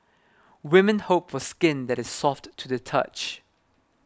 women hope for skin that is soft to the touch